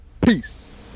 peace